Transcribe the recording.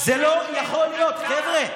לא היה ולא נברא.